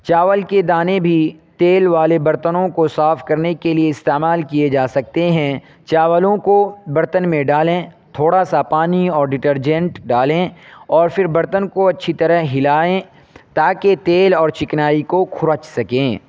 چاول کے دانے بھی تیل والے برتنوں کو صاف کرنے کے لیے استعمال کیے جا سکتے ہیں چاولوں کو برتن میں ڈالیں تھوڑا سا پانی اور ڈیٹرجینٹ ڈالیں اور پھر برتن کو اچھی طرح ہلائیں تاکہ تیل اور چکنائی کو کھرچ سکیں